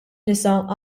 nisa